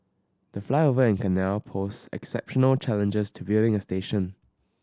the flyover and canal posed exceptional challenges to building a station